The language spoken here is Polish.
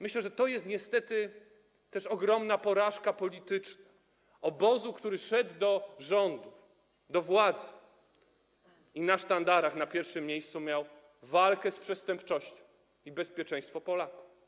Myślę, że to jest też ogromna porażka polityczna obozu, który szedł do rządów, do władzy i na sztandarach miał na pierwszym miejscu walkę z przestępczością i bezpieczeństwo Polaków.